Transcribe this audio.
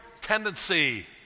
tendency